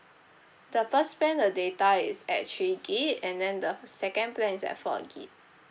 the first plan the data is at three gigabyte and then the second plan is at four gigabyte